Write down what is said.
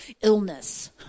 illness